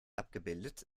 abgebildet